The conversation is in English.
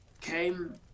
came